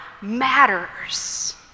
matters